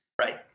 right